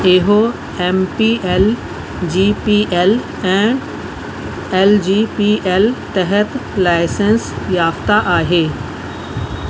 इहो M P L G P L ऐं L G P L तहत licence याफ़्ता आहे